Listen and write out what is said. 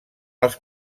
als